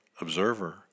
observer